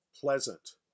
pleasant